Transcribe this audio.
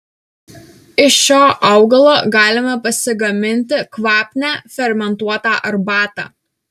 iš šio augalo galime pasigaminti kvapnią fermentuotą arbatą